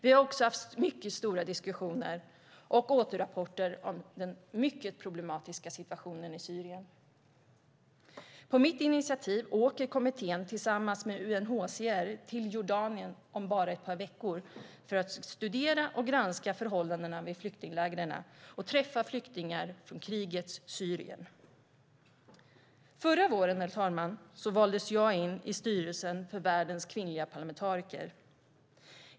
Vi har också haft mycket stora diskussioner och tagit del av flera återrapporter om den mycket problematiska situationen i Syrien. På mitt initiativ åker kommittén tillsammans med UNHCR till Jordanien om ett par veckor för att studera och granska förhållandena i flyktinglägren och träffa flyktingar från krigets Syrien. Förra våren, herr talman, valdes jag in i styrelsen för världens kvinnliga parlamentariker.